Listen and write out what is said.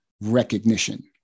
recognition